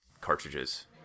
cartridges